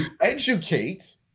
Educate